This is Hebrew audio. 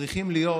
צריכים להיות